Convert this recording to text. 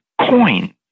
coin